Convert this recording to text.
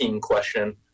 question